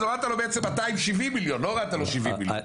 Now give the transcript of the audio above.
הורדת לו בעצם 270 מיליון, לא הורדת לו 70 מיליון.